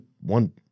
one